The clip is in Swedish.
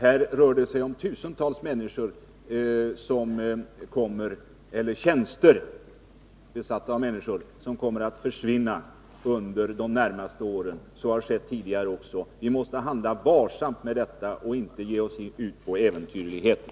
Här rör det sig om tusentals tjänster som kommer att försvinna under de närmaste åren. Och så har skett också tidigare. Vi måste handla varsamt med detta och inte ge oss ut på äventyrligheter.